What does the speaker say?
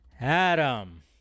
Adam